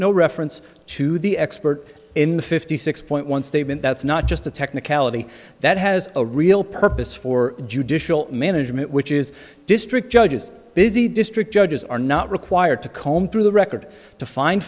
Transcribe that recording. no reference to the expert in the fifty six point one statement that's not just a technicality that has a real purpose for judicial management which is district judges busy district judges are not required to comb through the record to find